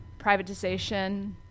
privatization